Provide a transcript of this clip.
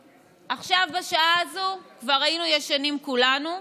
עכשיו, בשעה הזאת, כבר היינו ישנים כולנו,